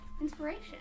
inspiration